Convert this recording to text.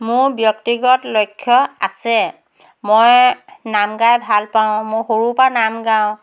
মোৰ ব্যক্তিগত লক্ষ্য আছে মই নাম গাই ভাল পাওঁ মোৰ সৰুৰ পৰা নাম গাওঁ